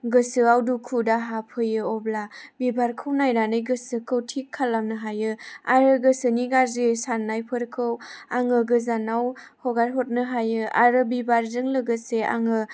गोसोआव दुखु दाहा फैयो अब्ला बिबारखौ नायनानै गोसोखौ थिक खालामनो हायो आरो गोसोनि गाज्रि साननायफोरखौ आङो गोजानाव हगार हरनो हायो आरो बिबारजों लोगोसे आङो